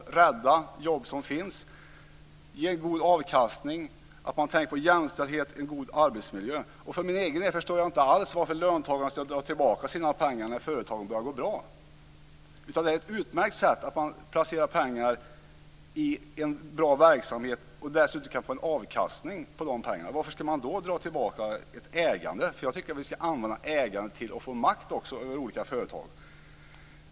Det kan rädda jobb som finns, ge god avkastning, jämställdhet och en god arbetsmiljö. För egen del förstår jag inte alls varför löntagarna ska dra tillbaka sina pengar när företagen börjar att gå bra. Det är ett utmärkt sätt att placera pengar i en bra verksamhet och att man dessutom kan få en avkastning på pengarna. Varför ska man då dra tillbaka ett ägande? Jag tycker att ägandet ska användas till att också få makt över olika företag.